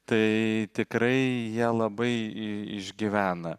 tai tikrai jie labai išgyvena